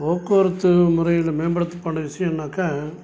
போக்குவரத்து முறைகளில் மேம்படுத்த பண்ணுற விஷயம் என்னாக்கா